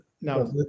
now